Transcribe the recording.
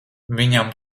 viņam